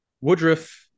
Woodruff